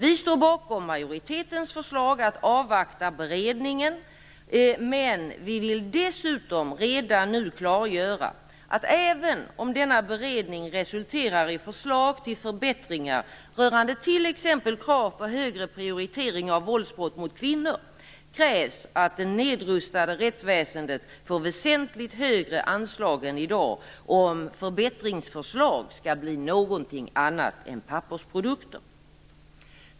Vi står bakom majoritetens förslag att avvakta beredningen. Vi vill dock redan nu klargöra att även om denna beredning resulterar i förslag till förbättringar rörande t.ex. krav på högre prioritering av våldsbrott mot kvinnor krävs att det nedrustade rättsväsendet får väsentligt högre anslag än i dag om förbättringsförslag skall bli någonting annat än pappersprodukter.